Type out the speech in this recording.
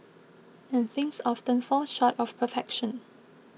and things often fall short of perfection